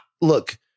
Look